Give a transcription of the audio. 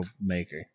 Maker